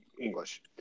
English